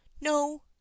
No